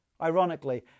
Ironically